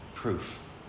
proof